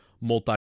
multi-